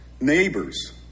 neighbors